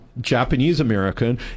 Japanese-American